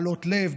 מחלות לב,